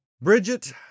Bridget